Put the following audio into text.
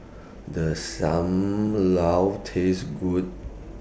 Does SAM Lau Taste Good